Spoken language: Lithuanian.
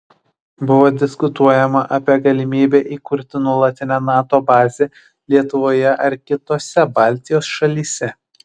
buvo diskutuojama apie galimybę įkurti nuolatinę nato bazę lietuvoje ar kitose baltijos šalyse